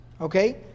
Okay